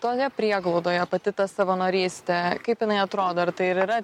toje prieglaudoje pati ta savanorystė kaip jinai atrodo ar tai ir yra